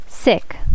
sick